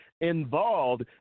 involved